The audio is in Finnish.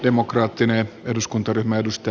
arvoisa herra puhemies